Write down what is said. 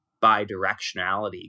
bi-directionality